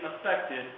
affected